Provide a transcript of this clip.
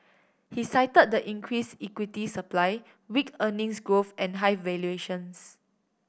he cited the increased equity supply weak earnings growth and high valuations